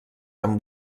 amb